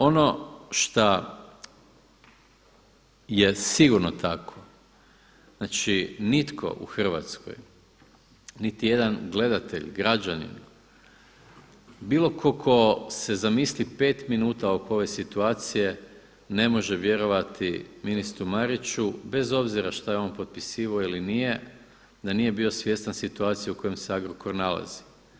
Ono šta je sigurno tako, znači nitko u Hrvatskoj, niti jedan gledatelj, građanin, bilo tko tko se zamisli 5 minuta oko ove situacije ne može vjerovati ministru Mariću bez obzira šta je on potpisivao ili nije, da nije bio svjestan situacije u kojoj se Agrokor nalazi.